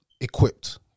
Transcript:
equipped